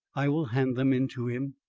i will hand them in to him.